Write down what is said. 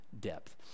depth